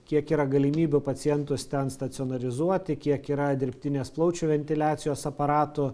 kiek yra galimybių pacientus ten stacionarizuoti kiek yra dirbtinės plaučių ventiliacijos aparatų